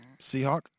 seahawk